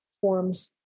forms